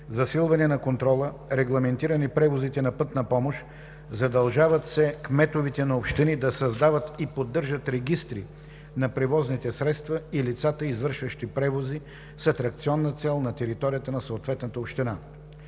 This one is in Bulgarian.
засилване на контрола; регламентиране превозите на „Пътна помощ“; задължават се кметовете на общини да създават и поддържат регистри на превозните средства и лицата, извършващи превози с атракционна цел на територията на съответната община.